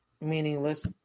meaningless